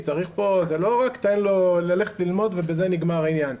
זה לא רק תן לו ללכת ללמוד ובזה נגמר העניין,